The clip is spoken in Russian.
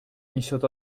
несет